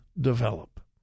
develop